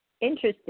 interesting